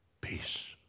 Peace